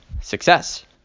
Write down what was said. success